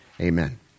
Amen